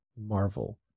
marvel